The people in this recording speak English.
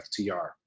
FTR